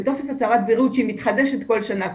שהיא מתחדשת כל שנה,